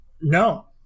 No